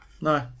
No